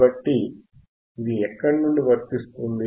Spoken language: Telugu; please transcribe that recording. కాబట్టి ఇది ఎక్కడ నుండి వర్తిస్తుంది